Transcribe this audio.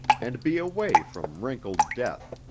and be away from wrinkled death,